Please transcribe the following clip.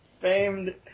Famed